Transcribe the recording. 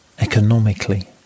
economically